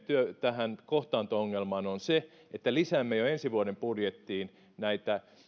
tähän kohtaanto ongelmaan on se että lisäämme jo ensi vuoden budjettiin näitä